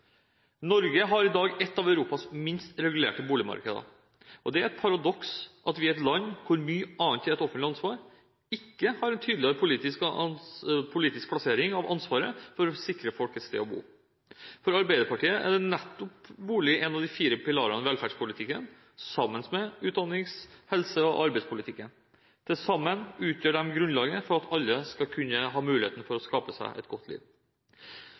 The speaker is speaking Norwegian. Norge har i dag et av Europas minst regulerte boligmarkeder. Det er et paradoks at vi i et land hvor mye annet er et offentlig ansvar, ikke har en tydeligere politisk plassering av ansvaret for å sikre folk et sted å bo. For Arbeiderpartiet er nettopp bolig en av de fire pilarene i velferdspolitikken, sammen med utdannings-, helse- og arbeidspolitikken. Til sammen utgjør disse grunnlaget for at alle skal kunne ha muligheten for å skape seg et godt liv.